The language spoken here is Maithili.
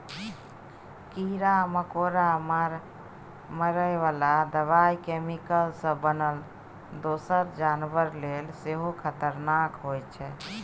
कीरा मकोरा मारय बला दबाइ कैमिकल सँ बनल दोसर जानबर लेल सेहो खतरनाक होइ छै